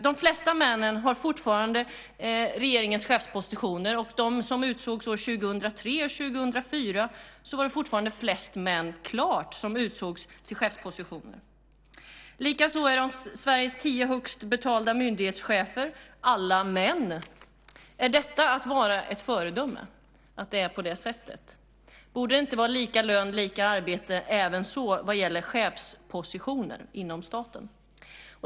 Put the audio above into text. De flesta männen har fortfarande regeringens chefspositioner, och av dem som utsågs år 2003 och år 2004 var det fortfarande klart flest män som utsågs till chefspositioner. Likaså är Sveriges tio högst betalda myndighetschefer alla män. Är detta att vara ett föredöme? Borde det inte vara lika lön för lika arbete även vad gäller chefspositioner inom staten?